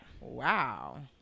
wow